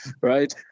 right